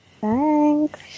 Thanks